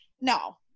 no